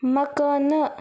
مکانہٕ